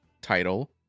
title